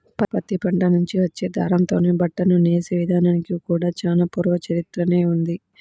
పత్తి పంట నుంచి వచ్చే దారంతోనే బట్టను నేసే ఇదానానికి కూడా చానా పూర్వ చరిత్రనే ఉంది